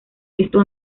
esto